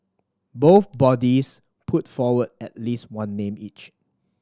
both bodies put forward at least one name each